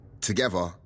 together